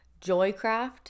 Joycraft